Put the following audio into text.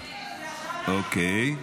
--- אוקיי,